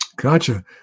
Gotcha